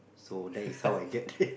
so that is how I get